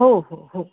हो हो हो